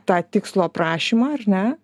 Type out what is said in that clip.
tai tą tikslų aprašymą ar ne